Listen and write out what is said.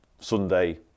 Sunday